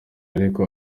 ariko